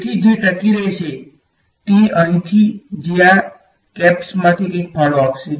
તેથી જે ટકી રહેશે તે અહીંથી જે આ કેપ્સમાંથી કંઈ ફાળો આપશે